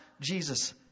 Jesus